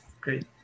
great